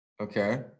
Okay